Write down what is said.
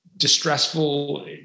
distressful